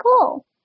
cool